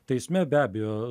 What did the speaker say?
teisme be abejo